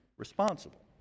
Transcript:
responsible